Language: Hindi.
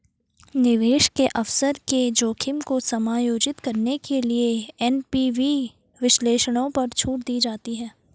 निवेश के अवसर के जोखिम को समायोजित करने के लिए एन.पी.वी विश्लेषणों पर छूट दी जाती है